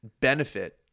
benefit